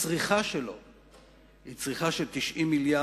הצריכה שלו היא 90 מיליארד,